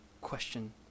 question